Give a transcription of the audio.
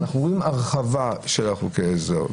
אנחנו רואים הרחבה של חוקי העזר.